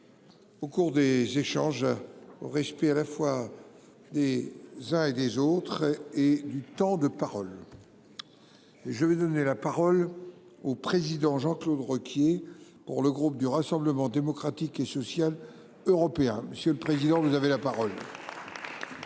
Au cours des échanges au respect, à la fois des uns et des autres et et du temps de parole. Et je vais donner la parole au président Jean-Claude Requier pour le groupe du Rassemblement démocratique et social européen. Monsieur le président vous avez la parole.